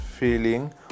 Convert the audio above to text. feeling